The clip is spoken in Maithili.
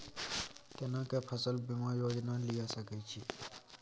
केना के फसल बीमा योजना लीए सके छी?